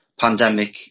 pandemic